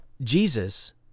Jesus